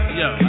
yo